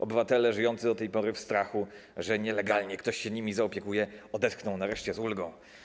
Obywatele żyjący do tej pory w strachu, że ktoś nielegalnie się nimi zaopiekuje, odetchną nareszcie z ulgą.